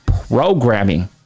programming